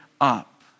up